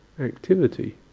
activity